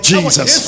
Jesus